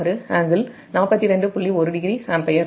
1o ampere மற்றும் Ib0 βIa0 0 ampere